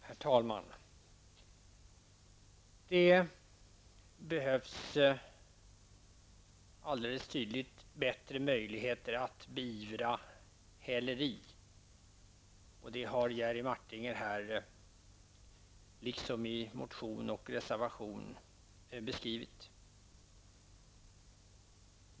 Herr talman! Det är alldeles tydligt att det behövs bättre möjligheter att beivra häleri. Det har Jerry Martinger här, liksom i motion och reservation, beskrivit.